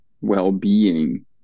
well-being